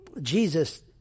Jesus